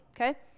Okay